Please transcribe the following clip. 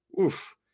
Oof